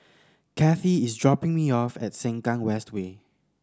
Kathie is dropping me off at Sengkang West Way